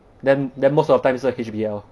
then then most of time 是 H_B_L